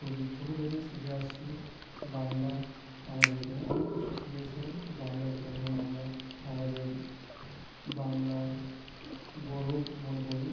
খুবই ছোটো থেকে শিখে আসছি বাংলা আমাদেরকে অনেক কিছু শিখিয়েছে বাংলার জন্য আমরা আমাদের বাংলার গৌরব মনে করি